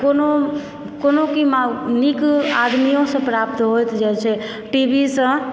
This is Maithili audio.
कोनो भी नीक आदमियोसँ प्राप्त होय जाय छै टीवीसँ